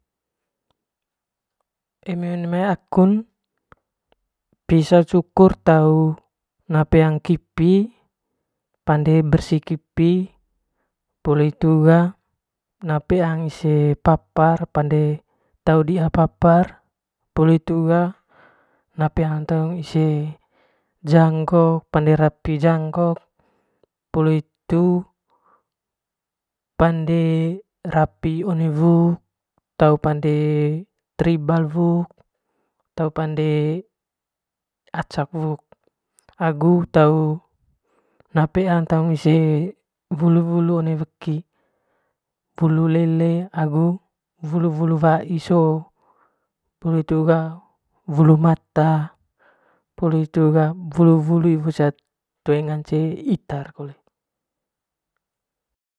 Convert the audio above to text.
Eeme one mai akun piso cukur tau na peang ipi pande bersi kipi poli hitu ga na peang ise papar pande tau dii'a papar poli hitu ga na peang taung ise jangok pande rapi jangok poli hitu pande rapi one wuk pande tribal wuk tau pande acak wuk agu tau pande naa peang taung ise wulu wulu one weki wulu lele agu wulu wulu aii so poli hitu ga wulu mata puli hitu ga wulu wulu sot toe ngance itar kole.